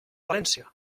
valència